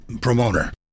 promoter